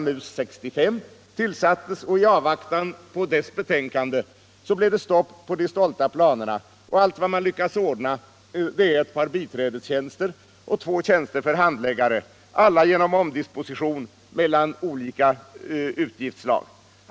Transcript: MUS 65, tillsattes, och i avvaktan på dess betänkande blev det stopp på de stolta planerna. Allt vad man lyckats ordna är ett par biträdestjänster och två tjänster för handläggare, alla genom omdisposition mellan olika utgiftsslag.